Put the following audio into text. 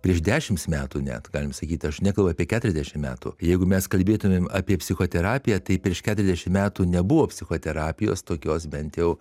prieš dešimts metų net galim sakyt aš nekalbu apie keturiasdešimt metų jeigu mes kalbėtumėm apie psichoterapiją tai prieš keturiasdešimt metų nebuvo psichoterapijos tokios bent jau